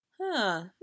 Huh